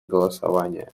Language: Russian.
голосования